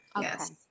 Yes